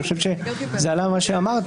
אני חושב שזה עלה במה שאמרתי.